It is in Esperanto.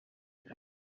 vin